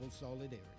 solidarity